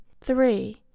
three